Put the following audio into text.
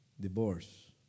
Divorce